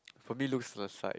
for me looks aside